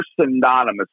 synonymous